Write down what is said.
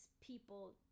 people